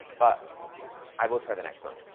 but i will try the next one.